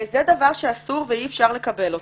זה דבר שאסור ואי-אפשר לקבל.